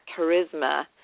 charisma